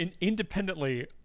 independently